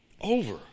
over